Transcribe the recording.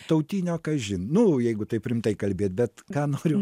tautinio kažin nu jeigu taip rimtai kalbėt bet ką noriu